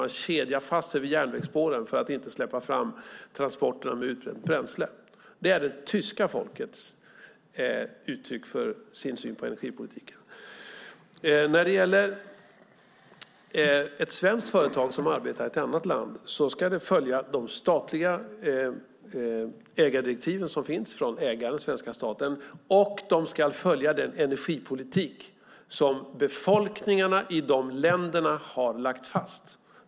Man kedjar fast sig vid järnvägsspåren för att inte släppa fram transporterna med utbränt bränsle. Det är det tyska folkets uttryck för sin syn på energipolitiken. Ett svenskt företag som arbetar i ett annat land ska följa de statliga ägardirektiv som finns från ägaren, den svenska staten. Det ska också följa den energipolitik som befolkningarna i de aktuella länderna har lagt fast.